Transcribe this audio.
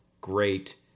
great